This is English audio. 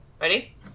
Ready